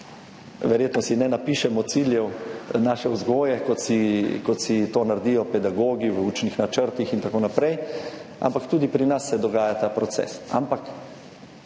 verjetno si ne napišemo ciljev svoje vzgoje, kot si to naredijo pedagogi v učnih načrtih in tako naprej, ampak tudi pri nas se dogaja ta proces.